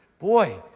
Boy